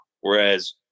whereas